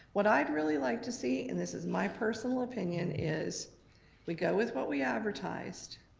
what i'd really like to see, and this is my personal opinion, is we go with what we advertised,